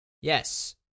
Yes